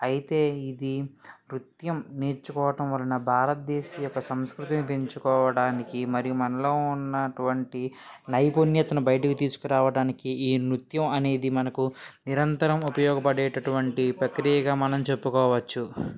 అయితే ఇది నృత్యం నేర్చుకోవడం వలన భారతదేశ యొక్క సంస్కృతిని పెంచుకోవడానికి మరియు మనలో ఉన్నటువంటి నైపుణ్యతను బయటకు తీసుకురావడానికి ఈ నృత్యం అనేది మనకు నిరంతరం ఉపయోగపడేటటువంటి ప్రక్రియగా మనం చెప్పుకోవచ్చు